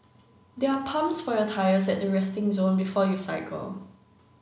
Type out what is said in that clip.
there are pumps for your tyres at the resting zone before you cycle